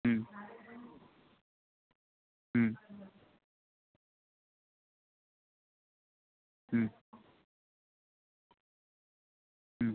হুম হুম হুম হুম